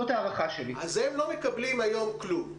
הם לא מקבלים היום כלום.